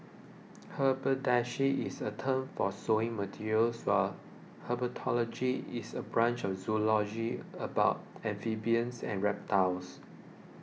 haberdashery is a term for sewing materials while herpetology is a branch of zoology about amphibians and reptiles